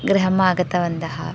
गृहम् आगतवन्तः